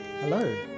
hello